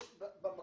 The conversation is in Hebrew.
זה לא בר ביצוע.